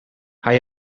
hij